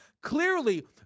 Clearly